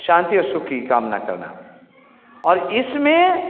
शांति और सुख की कामना करना और इसमें